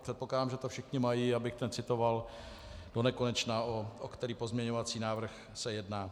Předpokládám, že to všichni mají, abych necitoval donekonečna, o který pozměňovací návrh se jedná.